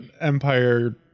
Empire